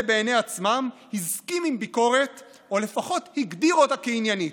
בעיני עצמם הסכים עם ביקורת או לפחות הגדיר אותה כעניינית?